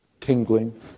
tingling